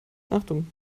achtung